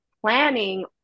planning